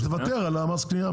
תוותר על מס הקנייה.